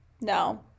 No